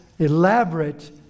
elaborate